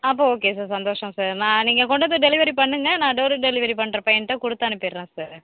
அப்போ okay sir சந்தோஷம் sir நான் நீங்கள் கொண்டு வந்து டெலிவரி பண்ணுங்கள் நான் டோர் டெலிவரி பண்ணுற பையன்கிட்ட கொடுத்து அனுப்பிடுறேன் சார்